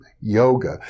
yoga